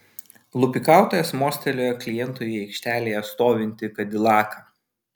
lupikautojas mostelėjo klientui į aikštelėje stovintį kadilaką